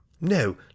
no